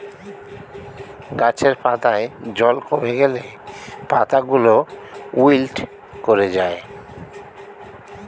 গাছের পাতায় জল কমে গেলে পাতাগুলো উইল্ট করে যায়